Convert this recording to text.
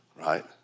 right